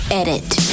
edit